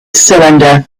cylinder